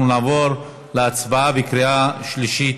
אנחנו נעבור להצבעה בקריאה שלישית.